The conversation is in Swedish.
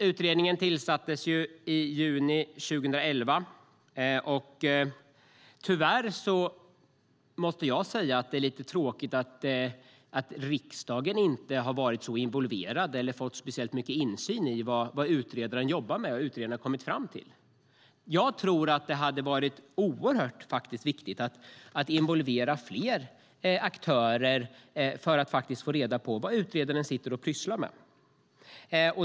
Utredningen tillsattes i juni 2011. Det är tråkigt att riksdagen inte har varit särskilt involverad eller fått insyn i vad utredaren jobbar med och vad utredaren har kommit fram till. Jag tror att det hade varit bra att involvera fler aktörer för att få reda på vad utredaren pysslar med.